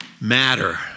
matter